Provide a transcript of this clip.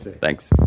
Thanks